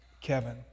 Kevin